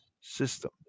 system